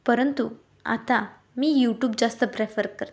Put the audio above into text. परंतु आता मी यूट्यूब जास्त प्रेफर करते